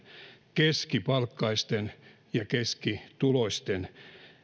keskipalkkaisten ja keskituloisten